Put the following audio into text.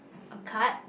a card